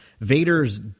Vader's